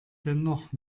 dennoch